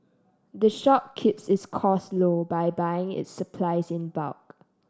the shop keeps its costs low by buying its supplies in bulk